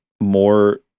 more